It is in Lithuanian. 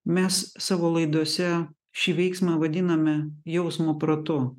mes savo laidose šį veiksmą vadiname jausmo protu